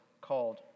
called